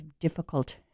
difficult